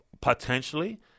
potentially